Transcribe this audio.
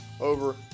over